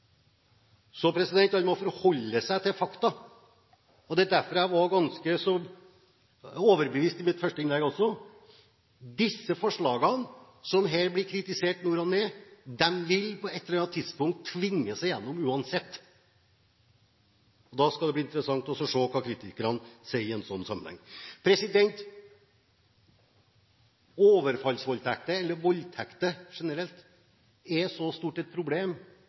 så overbevist i mitt første innlegg også. Disse forslagene som her blir kritisert nord og ned, vil på et eller annet tidspunkt tvinge seg gjennom uansett. Da skal det bli interessant å se hva kritikerne sier i en sånn sammenheng. Overfallsvoldtekter – eller voldtekter generelt – er et så stort problem